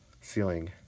ceiling